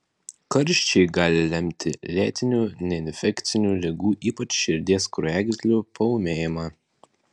karščiai gali lemti lėtinių neinfekcinių ligų ypač širdies kraujagyslių paūmėjimą